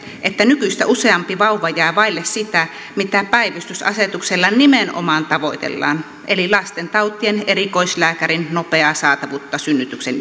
että nykyistä useampi vauva jää vaille sitä mitä päivystysasetuksella nimenomaan tavoitellaan eli lastentautien erikoislääkärin nopeaa saatavuutta synnytyksen